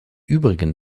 übrigen